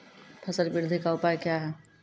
फसल बृद्धि का उपाय क्या हैं?